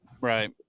right